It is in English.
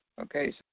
Okay